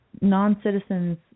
non-citizens